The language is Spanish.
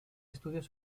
estudios